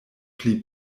pli